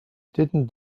didn’t